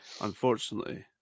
unfortunately